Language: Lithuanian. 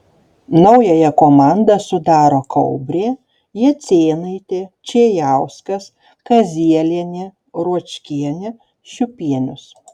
naująją komandą sudaro kaubrė jacėnaitė čėjauskas kazielienė ruočkienė šiupienius